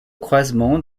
croisement